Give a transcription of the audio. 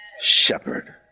shepherd